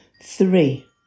Three